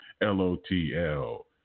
L-O-T-L